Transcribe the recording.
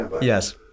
Yes